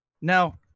Now